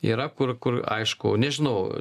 yra kur kur aišku nežinau